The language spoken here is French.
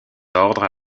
ordres